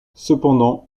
cependant